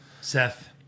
Seth